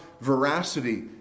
veracity